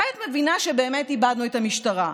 מתי את מבינה שבאמת איבדנו את המשטרה?